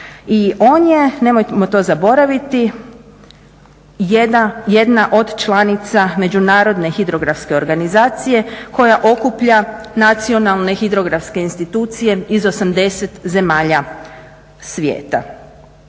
I on je, nemojmo to zaboraviti jedna od članica međunarodne hidrografske organizacije koja okuplja nacionalne hidrografske institucije iz 80 zemalja svijeta.